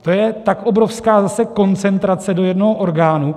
To je tak obrovská zase koncentrace do jednoho orgánu.